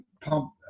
pump